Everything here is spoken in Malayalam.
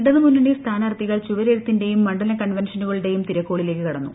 ഇടതുമുന്നണി സ്ഥാനാർത്ഥിക്ൾ ചുവരെഴുത്തിന്റെയും മണ്ഡലം കൺവെൻഷനുകളുടേയുക്കുപ്പ് തിരക്കുകളിലേക്ക് കടന്നു